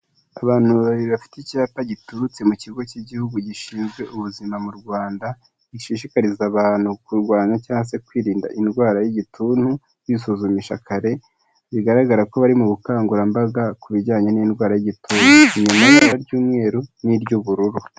Abantu babiri bafite icyapa giturutse mu kigo cy'igihugu gishinzwe ubuzima mu Rwanda gishishikariza abantu kurwanya cyangwa se kwirinda indwara y'igituntu kwisuzumisha kare bigaragara ko bari mu bukangurambaga ku bijyanye n'indwara y'igituntu inyuma hari ibara ry'umweru n'ubururu.